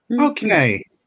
okay